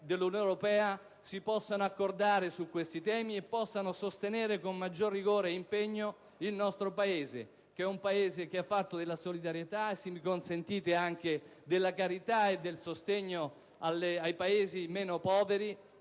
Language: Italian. dell'Unione europea possano accordarsi su questi temi e possano sostenere con maggior rigore e impegno il nostro Paese, che ha fatto della solidarietà e - se mi consentite - della carità e del sostegno ai Paesi più poveri